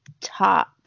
top